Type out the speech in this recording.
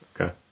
Okay